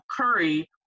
curry